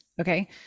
Okay